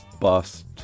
bust